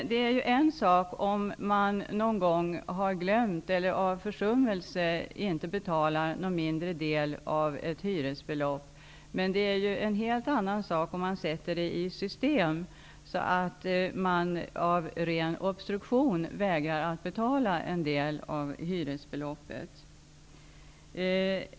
Det är en sak om man någon gång på grund av glömska eller försummelse inte betalar en mindre del av ett hyresbelopp, en helt annan om man sätter tillvägagångssättet i system, dvs. av ren obstruktion vägrar att betala en del av hyresbeloppet.